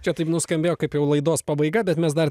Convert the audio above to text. čia taip nuskambėjo kaip jau laidos pabaiga bet mes dar